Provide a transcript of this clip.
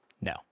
no